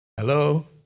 Hello